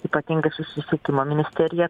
ypatingai susisiekimo ministerija